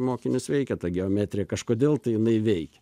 mokinius veikia ta geometrija kažkodėl tai jinai veikia